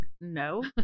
no